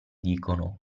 dicono